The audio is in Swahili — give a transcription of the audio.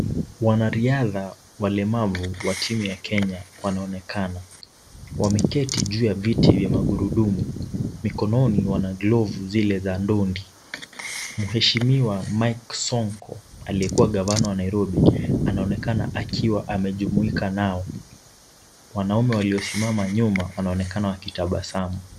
Wanariadha walemavu wa timu ya Kenya wanaonekana. Wameketi juu ya viti vya magurudumu. Mikononi wana glovu zile za ndondi. Mheshimiwa Mike Sonko aliyekuwa gavana wa Nairobi anaonekana akiwa amejumuika nao. Wanaume waliosimama nyuma wanaonekana wakitabasamu.